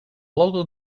local